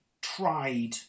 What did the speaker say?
tried